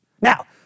Now